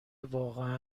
واقعا